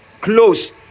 close